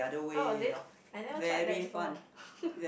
how was it I never try that before